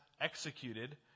executed